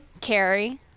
Carrie